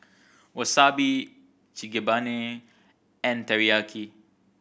Wasabi Chigenabe and Teriyaki